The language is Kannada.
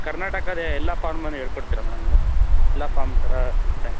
ಕರ್ನಾಟಕದ ಎಲ್ಲ ಫಾರ್ಮನ್ನು ಹೇಳ್ಕೊಡ್ತೀರ ಮೇಡಮ್ ನೀವು ಎಲ್ಲ ಫಾಮ್ ಥರ